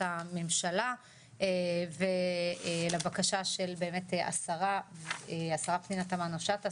הממשלה ולבקשה של השרה פנינה תמנו-שטה,